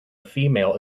female